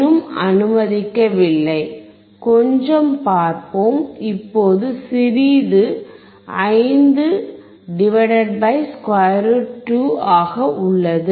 இன்னும் அனுமதிக்கவில்லை கொஞ்சம் பார்ப்போம் இப்போது சிறிது 5 √ 2 ஆக உள்ளது